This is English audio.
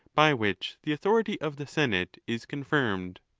by which the authority of the senate is confirmed.